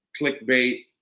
clickbait